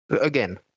again